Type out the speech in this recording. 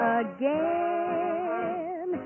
again